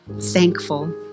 thankful